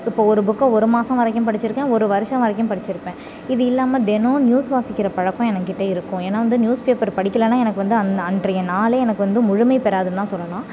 இப்போது ஒரு புக்கை ஒரு மாசம் வரைக்கும் படிச்சுருக்கேன் ஒரு வருஷம் வரைக்கும் படிச்சுருப்பேன் இது இல்லாமல் தினோம் நியூஸ் வாசிக்கிற பழக்கோம் என்கிட்ட இருக்கும் ஏனால் வந்து நியூஸ்பேப்பர் படிக்கலைனா எனக்கு வந்து அந்த அன்றைய நாளே எனக்கு வந்து முழுமை பெறாதுனுதான் சொல்லலாம்